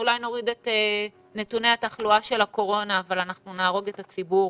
אולי נוריד את נתוני התחלואה של הקורונה אבל אנחנו נהרוג את הציבור